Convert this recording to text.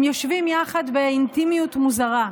הם יושבים יחד באינטימיות מוזרה,